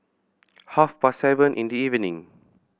half past seven in the evening